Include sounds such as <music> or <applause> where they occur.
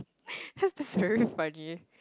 <breath> that's just very funny